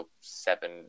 seven